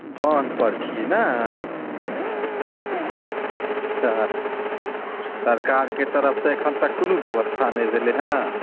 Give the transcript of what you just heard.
बान्ध पर छी ने हँ हँ अच्छा सरकारके तरफसे एखन तक कोनो व्यवस्था नहि भेलै हँ